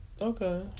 Okay